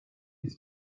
است